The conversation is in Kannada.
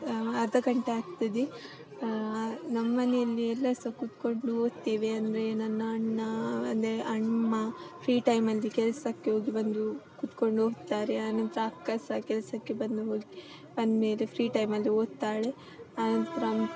ಅರ್ಧ ಗಂಟೆ ಆಗ್ತದೆ ನಮ್ಮನೆಯಲ್ಲಿ ಎಲ್ಲ ಸಹ ಕೂತ್ಕೊಂಡು ಓದ್ತೇವೆ ಅಂದರೆ ನನ್ನ ಅಣ್ಣ ಮತ್ತೆ ಅಮ್ಮ ಫ್ರೀ ಟೈಮಲ್ಲಿ ಕೆಲಸಕ್ಕೆ ಹೋಗಿ ಬಂದು ಕೂತ್ಕೊಂಡು ಓದ್ತಾರೆ ಆನಂತರ ಅಕ್ಕ ಸಹ ಕೆಲಸಕ್ಕೆ ಬಂದು ಹೋಗಿ ಬಂದ್ಮೇಲೆ ಫ್ರೀ ಟೈಮಲ್ಲಿ ಓದ್ತಾಳೆ ಆನಂತರ